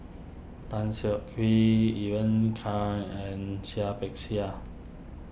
Tan Siak Kew Ivan can and Seah Peck Seah